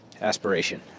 aspiration